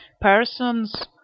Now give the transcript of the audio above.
person's